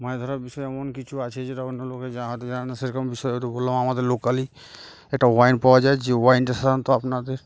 মাছ ধরার বিষয়ে এমন কিছু আছে যেটা অন্য লোকে যাতে জানে না সেরকম বিষয় সেইগুলো হল আমাদের লোকালই একটা ওয়াইন পাওয়া যায় যে ওয়াইনটা সাধারণত আপনাদের